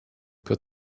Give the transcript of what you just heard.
put